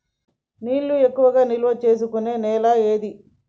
నీళ్లు ఎక్కువగా నిల్వ చేసుకునే నేల ఏది?